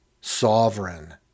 sovereign